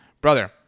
Brother